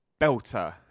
belter